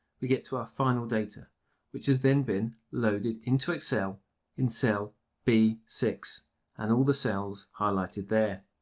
we get to our final data which has then been loaded into excel in cell b six and all the cells highlighted there.